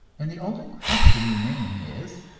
and the only question remaining is,